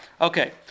okay